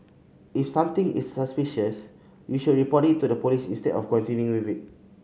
if something is suspicious you should report it to the police instead of continuing with it